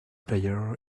player